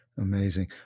Amazing